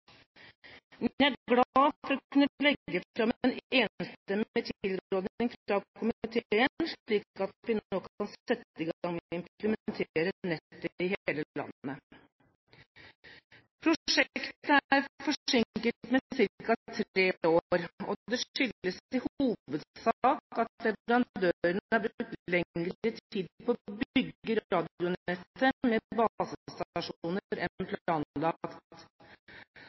jeg er glad for å kunne legge fram en enstemmig tilråding fra komiteen, slik at vi nå kan sette i gang med å implementere nettet i hele landet. Prosjektet er forsinket med ca. tre år. Det skyldes i hovedsak at leverandøren har brukt lengre tid på å bygge